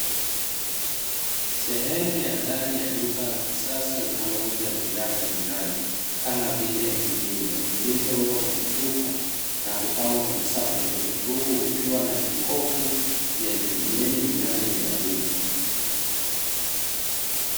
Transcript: Sehemu ya ndani ya duka la kisasa linalouza bidhaa za vinywaji kama vile mvinyo, vilivyowekwa kwenye chupa na kupangwa kwenye safu ndefu huku kukiwa na jokofu na lenye vinywaji vya baridi.